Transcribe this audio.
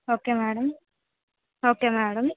okay madam okay madam